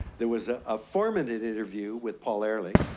there was a ah four-minute interview with paul ehrlich.